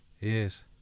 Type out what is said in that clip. yes